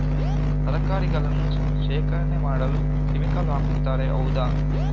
ತರಕಾರಿಗಳನ್ನು ಶೇಖರಣೆ ಮಾಡಲು ಕೆಮಿಕಲ್ ಹಾಕುತಾರೆ ಹೌದ?